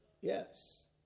Yes